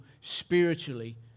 spiritually